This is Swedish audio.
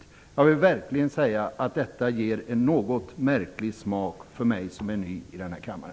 Detta ger verkligen en något märklig smak i munnen för mig som är ny i denna kammare.